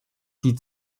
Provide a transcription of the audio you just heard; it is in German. die